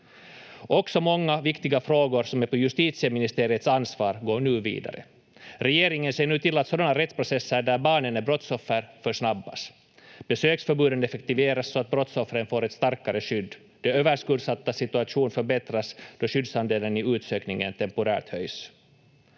Också många viktiga frågor som är på justitieministeriets ansvar går nu vidare. Regeringen ser nu till att sådana rättsprocesser där barnen är brottsoffer försnabbas. Besöksförbuden effektiveras så att brottsoffren får ett starkare skydd. De överskuldsattas situation förbättras då skyddsandelen i utsökningen temporärt höjs.